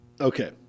Okay